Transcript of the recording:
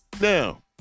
now